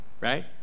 Right